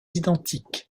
identiques